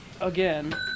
again